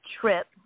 trip